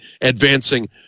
advancing